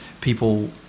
people